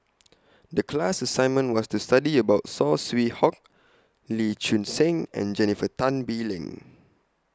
The class assignment was to study about Saw Swee Hock Lee Choon Seng and Jennifer Tan Bee Leng